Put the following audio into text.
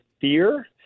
fear